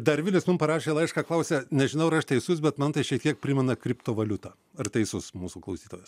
dar vilius mum parašė laišką klausia nežinau ar aš teisus bet man tai šiek tiek primena kriptovaliutą ar teisus mūsų klausytojas